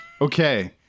Okay